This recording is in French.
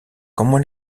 comment